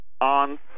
on